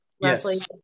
Yes